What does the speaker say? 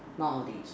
nowadays